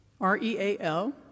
R-E-A-L